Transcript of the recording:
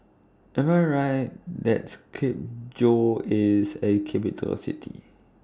Am I Right that Skopje IS A Capital City